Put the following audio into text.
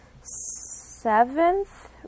seventh